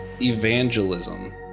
evangelism